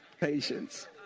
Patience